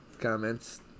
comments